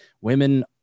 Women